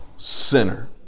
Sinner